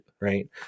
right